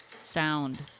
sound